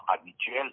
habituel